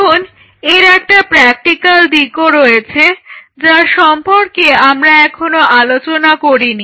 এখন এর একটা প্র্যাকটিকাল দিকও রয়েছে যা সম্পর্কে আমরা এখনো আলোচনা করিনি